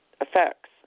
effects